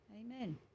Amen